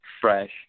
fresh